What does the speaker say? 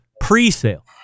pre-sale